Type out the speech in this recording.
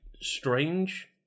strange